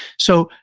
so,